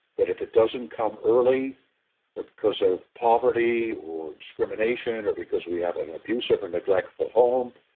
that if it doesn't come early because of poverty or discrimination or because we have an abusive or neglectful home,